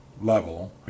level